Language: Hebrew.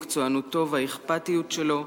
מקצוענותו והאכפתיות שלו.